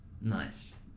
nice